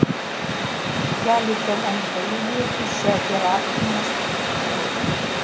galite lengvai judėti šia hierarchine struktūra